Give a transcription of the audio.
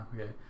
okay